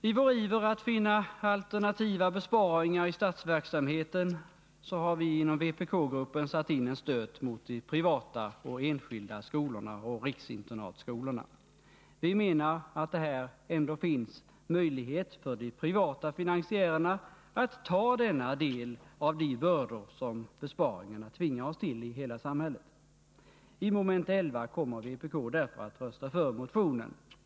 I vår iver att finna alternativa besparingar i statsverksamheten har vi inom vpk-gruppen satt in en stöt mot de privata och enskilda skolorna och riksinternatskolorna. Vi menar att det här ändå finns en möjlighet för de privata finansiärerna att ta denna del av de bördor som besparingarna tvingar oss till i hela samhället. Under moment 11 kommer vpk därför att rösta för motionen.